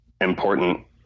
important